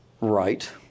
right